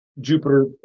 Jupiter